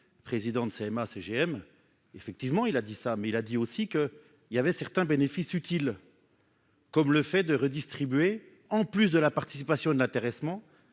président de CMA CGM, effectivement, il a dit ça, mais il a dit aussi que, il y avait certains bénéfices utile. Comme le fait de redistribuer en plus de la participation de l'intéressement